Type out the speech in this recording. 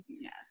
Yes